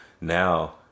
Now